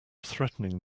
threatening